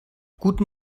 guten